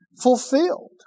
fulfilled